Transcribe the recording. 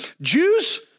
Jews